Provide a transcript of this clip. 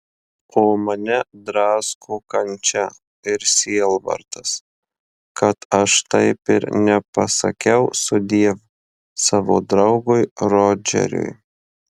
o mane drasko kančia ir sielvartas kad aš taip ir nepasakiau sudiev savo draugui rodžeriui